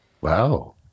Wow